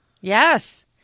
Yes